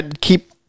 keep